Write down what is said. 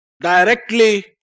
directly